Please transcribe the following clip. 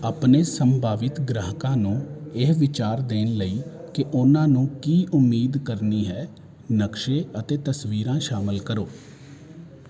ਆਪਣੇ ਸੰਭਾਵਿਤ ਗ੍ਰਾਹਕਾਂ ਨੂੰ ਇਹ ਵਿਚਾਰ ਦੇਣ ਲਈ ਕਿ ਉਹਨਾਂ ਨੂੰ ਕੀ ਉਮੀਦ ਕਰਨੀ ਹੈ ਨਕਸ਼ੇ ਅਤੇ ਤਸਵੀਰਾਂ ਸ਼ਾਮਲ ਕਰੋ